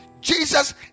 Jesus